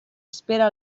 espera